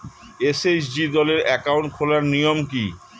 SHG দলের account খোলার নিয়ম কী?